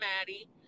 Maddie